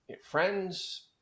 Friends